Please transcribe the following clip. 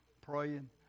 praying